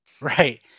Right